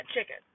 chicken